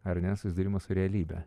ar ne susidūrimas su realybe